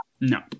No